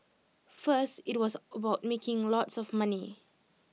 first IT was about making lots of money